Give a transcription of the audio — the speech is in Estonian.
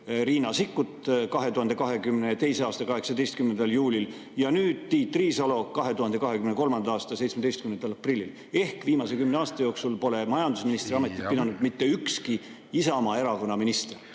Riina Sikkut, 2022. aasta 18. juulil, ja nüüd on ministriks Tiit Riisalo, 2023. aasta 17. aprillist. Ehk viimase kümne aasta jooksul pole majandusministriametit pidanud mitte ükski Isamaa Erakonna minister.